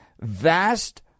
vast